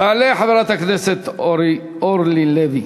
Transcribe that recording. תעלה חברת הכנסת אורלי לוי,